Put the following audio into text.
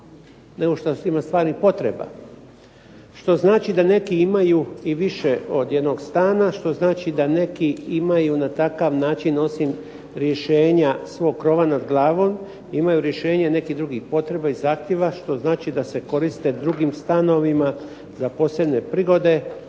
nego što ima stvarnih potreba što znači da neki imaju i više od jednog stana, što znači da neki imaju na takav način osim rješenja svog krova nad glavom imaju rješenje nekih drugih potreba i zahtjeva što znači da se koriste drugim stanovima za posebne prigode.